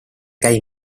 käi